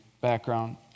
background